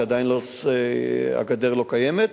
שם עדיין הגדר לא קיימת,